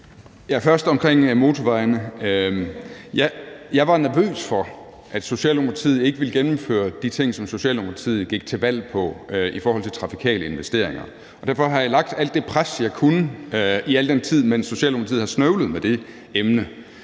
(LA): Først omkring motorvejene: Ja, jeg var nervøs for, at Socialdemokratiet ikke ville gennemføre de ting, som Socialdemokratiet gik til valg på i forhold til trafikale investeringer, og derfor har jeg lagt alt det pres, jeg kunne, i al den tid, mens Socialdemokratiet har snøvlet med det emne.